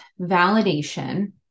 validation